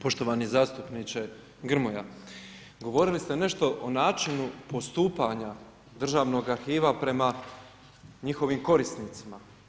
Poštovani zastupniče Grmoja, govorili ste nešto o načinu postupanja državnog arhiva prema njihovim korisnicima.